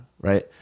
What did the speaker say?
right